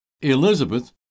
Elizabeth